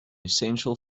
essential